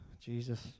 Jesus